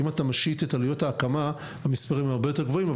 אם אתה משית את עלויות ההקמה אז המספרים הרבה יותר גבוהים,